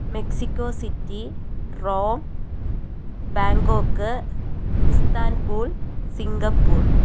Mexico city Rome Bangkok Istanbul Singapore